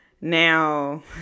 Now